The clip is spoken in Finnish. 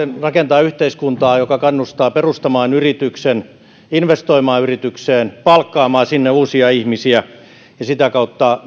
rakentaa yhteiskuntaa joka kannustaa perustamaan yrityksen investoimaan yritykseen palkkaamaan sinne uusia ihmisiä ja sitä kautta